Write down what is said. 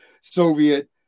Soviet